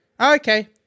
Okay